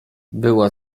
była